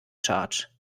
charge